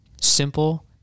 simple